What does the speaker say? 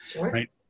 Right